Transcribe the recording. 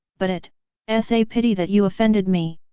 but it s a pity that you offended me,